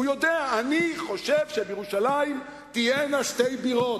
הוא יודע שאני חושב שבירושלים תהיינה שתי בירות,